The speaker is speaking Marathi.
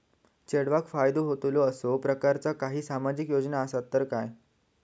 चेडवाक फायदो होतलो असो प्रकारचा काही सामाजिक योजना असात काय?